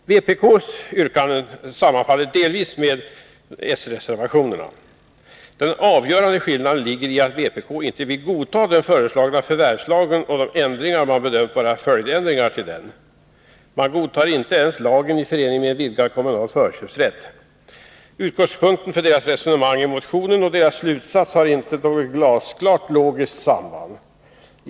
Vpk:s yrkanden sammanfaller delvis med de socialdemokratiska reservationerna. Den avgörande skillnaden ligger i att vpk inte vill godta den föreslagna förvärvslagen och de ändringar man bedömt vara följdändringar till denna. Man godtar inte ens lagen i förening med en vidgad kommunal förköpsrätt. Utgångspunkten för resonemangen i motionen och vpk:s slutsats har inte något glasklart logiskt samband.